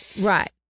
Right